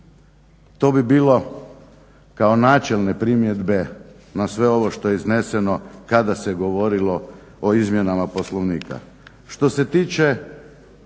To bi bilo kao načelne primjedbe na sve ovo što je izneseno kada se govorilo o izmjenama Poslovnika.